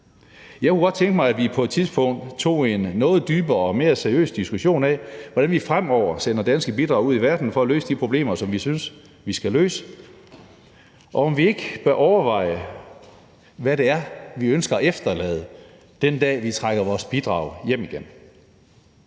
Jeg kunne godt tænke mig, at vi på et tidspunkt tog en noget dybere og mere seriøs diskussion af, hvordan vi fremover sender danske bidrag ud i verden for at løse de problemer, som vi synes vi skal løse, og om vi ikke bør overveje, hvad det er, vi ønsker at efterlade den dag, vi trækker vores bidrag hjem igen.